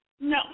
No